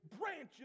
branches